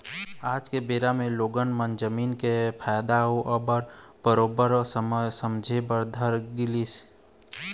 आज के बेरा म लोगन मन ह जमीन के फायदा ल अब बरोबर समझे बर धर लिस